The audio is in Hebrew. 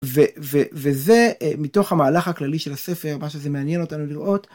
וזה מתוך המהלך הכללי של הספר, מה שזה מעניין אותנו לראות.